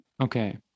Okay